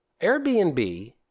Airbnb